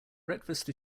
breakfast